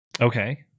Okay